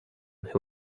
who